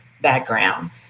background